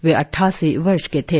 वे अट्ठासी वर्ष के थे